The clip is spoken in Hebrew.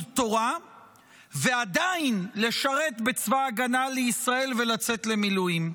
תורה ועדיין לשרת בצבא ההגנה לישראל ולצאת למילואים.